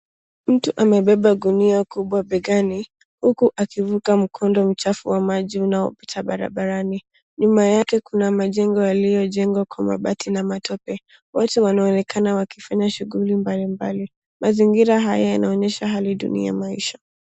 Mtu amebeba gunia kubwa begani uku akivuka mkondo mchafu wa maji unaopita barabarani. Nyuma yake kuna majengo yaliyojengwa kwa mabati na matope. Watu wanaonekana wakifanya shughuli mbalimbali. Mazingira haya yanaonyesha hali duni ya maisha.